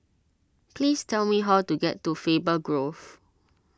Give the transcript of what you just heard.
please tell me how to get to Faber Grove